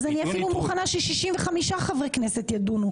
אז אני אפילו מוכנה ש-65 חברי כנסת ידונו